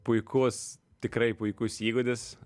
puikus tikrai puikus įgūdis